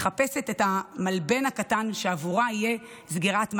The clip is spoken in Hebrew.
מחפשת את המלבן הקטן, שעבורה יהיה סגירת מעגל.